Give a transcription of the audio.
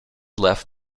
left